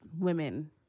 women